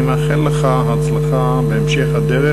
אני מאחל לך הצלחה בהמשך הדרך.